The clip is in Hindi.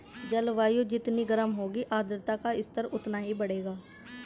जलवायु जितनी गर्म होगी आर्द्रता का स्तर उतना ही बढ़ेगा